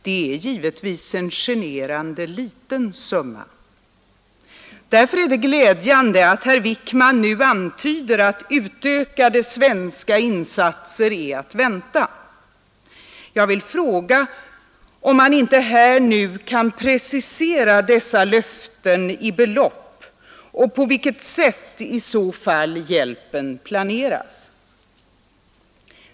Det är givetvis en generande liten summa, Därför är det glädjande att herr Wickman nu antyder att utökade svenska insatser är att vänta. Jag vill fråga om han inte här kan precisera dessa löften i belopp och meddela på vilket sätt hjälpen i så fall planeras.